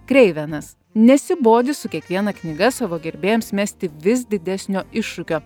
kreivenas nesibodi su kiekviena knyga savo gerbėjams mesti vis didesnio iššūkio